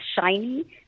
shiny